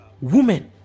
woman